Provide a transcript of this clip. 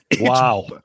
Wow